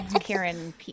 Karen